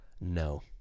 No